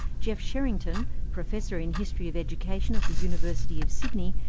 geoff sherington, professor in history of education at the university of sydney,